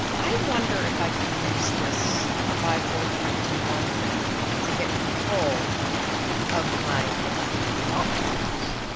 i wonder if i can use this five, four, three, two, one thing to get control of my thought patterns.